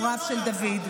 הוריו של דוד,